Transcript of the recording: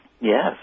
Yes